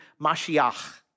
Mashiach